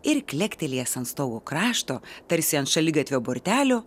ir klektelėjęs ant stogo krašto tarsi ant šaligatvio bortelio